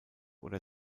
oder